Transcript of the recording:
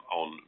on